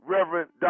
Reverend